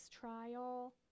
trial